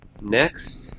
Next